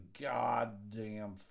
goddamn